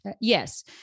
Yes